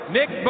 Nick